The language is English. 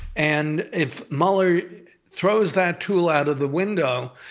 and if mueller throws that tool out of the window,